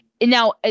Now